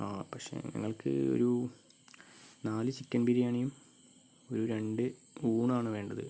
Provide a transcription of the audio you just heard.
ആ പക്ഷേ ഞങ്ങൾക്ക് ഒരു നാല് ചിക്കന് ബിരിയാണിയും ഒരു രണ്ട് ഊണ് ആണ് വേണ്ടത്